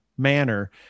manner